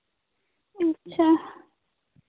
ᱟᱪᱪᱷᱟ